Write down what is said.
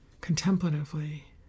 contemplatively